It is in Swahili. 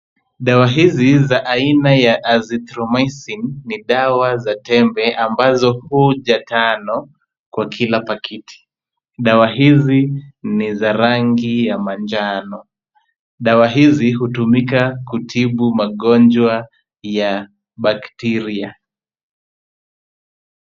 Dawa hizi za aina ya Azithromycin ni dawa za tembe ambazo huja tano kwa kila pakiti. Dawa hizi ni za rangi ya manjano. Dawa hizi hutumika kutibu magonjwa ya bakteria.